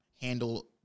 handle